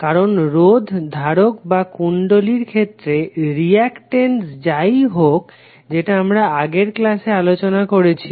কারণ রোধ ধারক বা কুণ্ডলীর ক্ষেত্রে রিঅ্যাকটেন্স যাই হোক যেটা আমরা আগের ক্লাসে আলোচনা করেছি